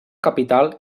capital